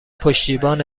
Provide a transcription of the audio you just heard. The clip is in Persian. پشتیبان